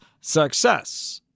success